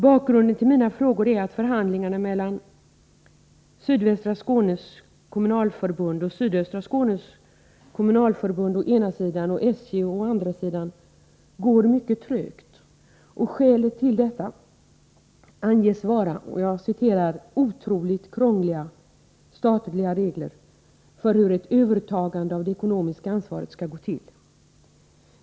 Bakgrunden till mina frågor är att förhandlingarna mellan Sydöstra Skånes kommunalförbund å ena sidan och SJ å andra sidan går mycket trögt. Skälet till detta anges vara ”otroligt krångliga” statliga regler för hur ett övertagande av det ekonomiska ansvaret skall gå till.